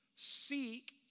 Seek